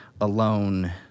alone